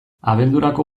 abendurako